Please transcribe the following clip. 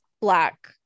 black